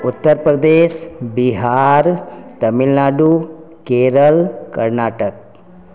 Uttar Pradesh Bihar Tamil Nadu Kerala Karnataka